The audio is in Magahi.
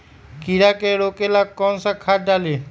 कीड़ा के रोक ला कौन सा खाद्य डाली?